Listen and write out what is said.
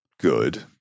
good